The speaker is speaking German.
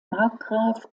markgraf